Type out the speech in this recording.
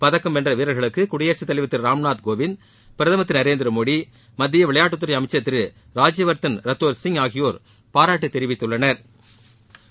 பதக்கம் வென்ற வீரர்களுக்கு குடியரசுத் தலைவர் திரு ராம்நாத் கோவிந்த் பிரதமர் திரு நரேந்திர மோடி மத்திய விளையாட்டுத்துறை அமைச்சா் திரு ராஜ்யவர்தன் ரத்தோா் சிங் ஆகியோர் பாராட்டு தெரிவித்துள்ளனா்